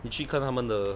你去看他们的